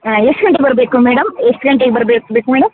ಹಾಂ ಎಷ್ಟು ಗಂಟೆಗೆ ಬರಬೇಕು ಮೇಡಮ್ ಎಷ್ಟು ಗಂಟೆಗೆ ಬರ್ಬೇಕು ಬೇಕು ಮೇಡಮ್